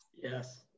yes